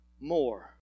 more